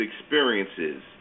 experiences